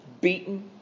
beaten